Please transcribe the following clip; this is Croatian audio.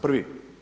Prvi.